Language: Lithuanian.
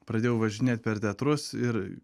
pradėjau važinėt per teatrus ir